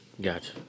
Gotcha